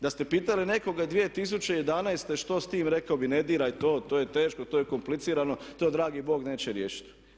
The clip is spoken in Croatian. Da ste pitali nekoga 2011. što s time rekao bi ne diraj to, to je teško, to je komplicirano, to dragi Bog neće riješiti.